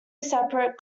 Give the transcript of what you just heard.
separate